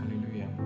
Hallelujah